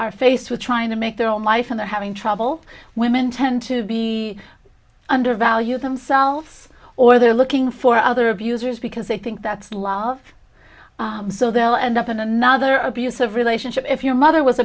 are faced with trying to make their own life and they're having trouble women tend to be undervalued themselves or they're looking for other abusers because they think that's love so they'll end up in another abusive relationship if your mother was